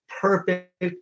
perfect